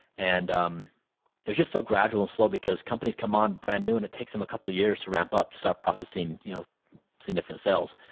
and um it is just so gradual and slow because companies come on brand new and it takes them a couple of years to ramp up to start processing you know significant sales,